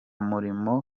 murimo